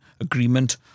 agreement